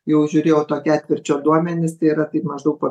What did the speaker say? jau žiūrėjau to ketvirčio duomenis tai yra kaip maždaug po